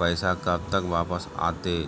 पैसा कब तक वापस आयते?